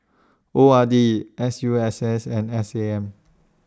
O R D S U S S and S A M